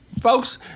folks